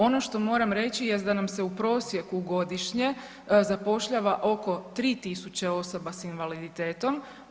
Ono što moram reći jest da nam se u prosjeku godišnje zapošljava oko 3.000 osoba s invaliditetom.